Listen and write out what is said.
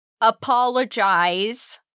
Apologize